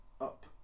up